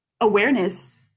awareness